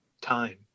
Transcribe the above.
time